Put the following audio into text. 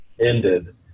ended